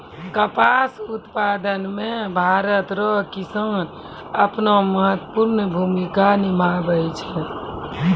कपास उप्तादन मे भरत रो किसान अपनो महत्वपर्ण भूमिका निभाय छै